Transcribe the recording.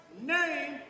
name